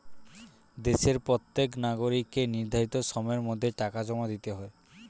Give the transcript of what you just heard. দেশের প্রত্যেক নাগরিককে নির্ধারিত সময়ের মধ্যে টাকা জমা দিতে হয়